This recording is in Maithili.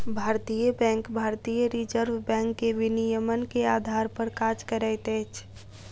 भारतीय बैंक भारतीय रिज़र्व बैंक के विनियमन के आधार पर काज करैत अछि